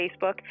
Facebook